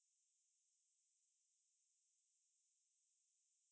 you can fly anywhere you can fly from singapore to japan don't need to take